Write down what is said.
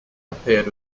appeared